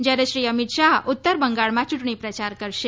જયારે શ્રી અમિત શાહે ઉત્તર બંગાળમાં યૂંટણી પ્રયાર કરશે